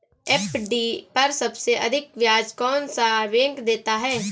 FD पर सबसे अधिक ब्याज कौन सा बैंक देता है?